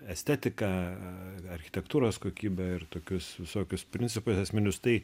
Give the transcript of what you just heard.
estetiką architektūros kokybę ir tokius visokius principus esminius tai